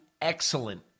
excellent